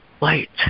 light